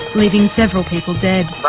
leaving several people dead.